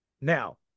Now